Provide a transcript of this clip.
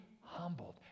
humbled